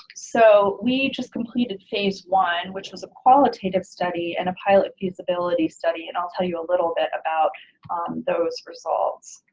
so we just completed phase one which was a qualitative study and a pilot feasibility study, and i'll tell you a little bit about those results.